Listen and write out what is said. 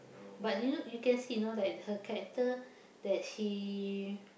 but you know you can see you know like her character that she